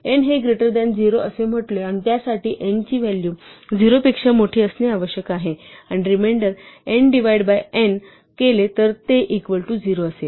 n हे greater than 0 असे म्हटले आणि त्यासाठी n ची व्हॅलू 0 पेक्षा मोठी असणे आवश्यक आहे आणि remainder n divide by n केले तर ते इक्वल टू 0 असेल